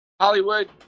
Hollywood